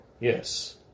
Yes